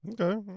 Okay